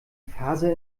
phase